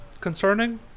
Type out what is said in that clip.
concerning